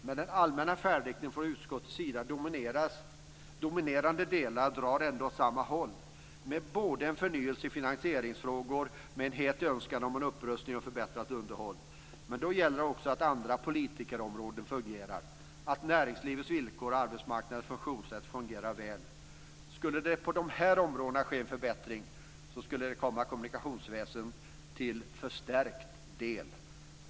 Men den allmänna färdriktningen från utskottets dominerande delar drar ändå åt samma håll, med både en förnyelse i finansieringsfrågor och en het önskan om en upprustning och ett förbättrat underhåll. Men då gäller det att också andra politikområden fungerar, att näringslivets villkor och arbetsmarknadens funktionssätt fungerar väl. Skulle det på dessa områden ske en förbättring kommer det kommunikationsväsendet till förstärkt del.